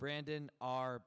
brandon are